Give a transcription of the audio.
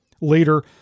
Later